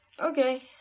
Okay